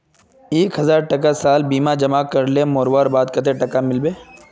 एक हजार टका साल जीवन बीमा करले मोरवार बाद कतेक टका मिलबे?